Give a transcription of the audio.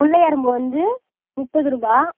முல்லை அரும்பு வந்து முப்பதுரூபா